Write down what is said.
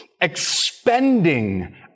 expending